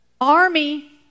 army